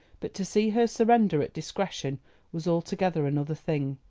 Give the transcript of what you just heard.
but to see her surrender at discretion was altogether another thing.